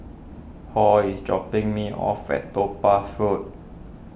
Hall is dropping me off at Topaz Road